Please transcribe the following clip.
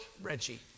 Reggie